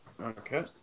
Okay